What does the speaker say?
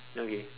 okay